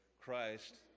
Christ